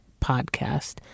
podcast